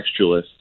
textualists